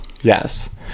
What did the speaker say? Yes